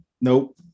nope